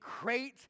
great